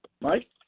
Mike